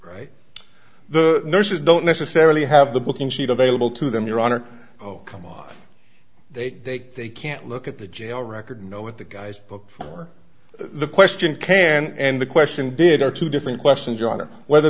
right the nurses don't necessarily have the booking sheet available to them your honor oh come on they take they can't look at the jail record know what the guy's book for the question can and the question did are two different questions your honor whether